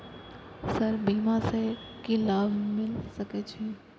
Sir बीमा से की लाभ मिल सके छी?